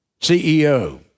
CEO